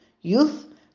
youth